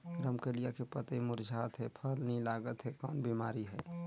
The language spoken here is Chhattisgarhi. रमकलिया के पतई मुरझात हे फल नी लागत हे कौन बिमारी हे?